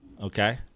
Okay